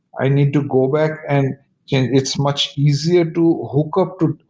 i need to go back and it's much easier to hook up to